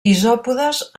isòpodes